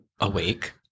awake